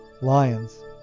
Lions